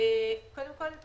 קודם כל,